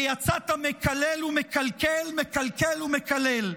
ויצאת מקלל ומקלקל, מקלקל ומקלל.